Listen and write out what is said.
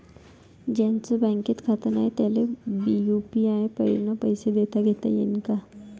ज्याईचं बँकेत खातं नाय त्याईले बी यू.पी.आय न पैसे देताघेता येईन काय?